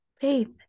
faith